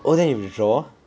oh then you have to draw